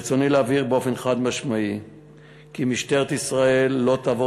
ברצוני להבהיר באופן חד-משמעי כי משטרת ישראל לא תעבור